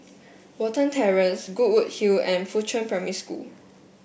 Watten Terrace Goodwood Hill and Fuchun Primary School